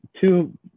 two